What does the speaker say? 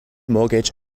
mortgage